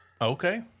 Okay